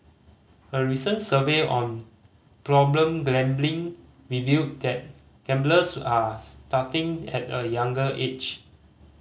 a recent survey on problem gambling revealed that gamblers are starting at a younger age